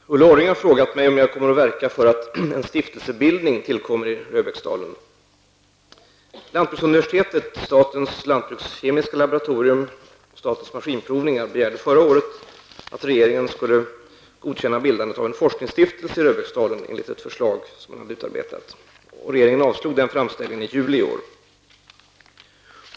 Fru talman! Ulla Orring har frågat mig om jag kommer att verka för att en stiftelsebildning tillkommer i Röbäcksdalen. Sveriges lantbruksuniversitet, statens lantbrukskemiska laboratorium och statens maskinprovningar begärde förra året att regeringen skulle godkänna bildandet av en forskningsstiftelse i Röbäcksdalen enligt ett förslag som man hade utarbetat. Regeringen avslog framställningen i juli i år.